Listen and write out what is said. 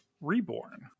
Reborn